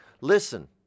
Listen